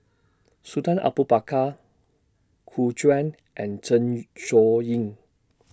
Sultan Abu Bakar Gu Juan and Zeng Shouyin